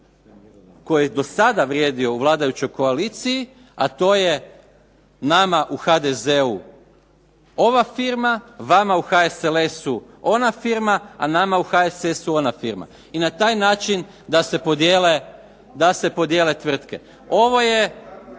koji je do sada vrijedio u vladajućoj koaliciji, a to je nama u HDZ-u ova firma, vama u HSLS-u ona firma, a nama u HSS-u ona firma i na taj način da se podijele tvrtke. Ovo je